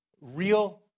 Real